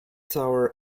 tower